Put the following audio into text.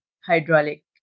hydraulic